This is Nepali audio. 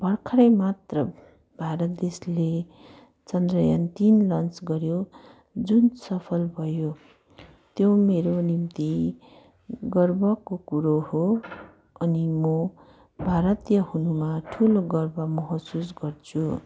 भर्खरै मात्र भारत देशले चन्द्रयान तिन लन्च गर्यो जुन सफल भयो त्यो मेरो निम्ति गर्वको कुरो हो अनि म भारतीय हुनुमा ठुलो गर्व महसुस गर्छु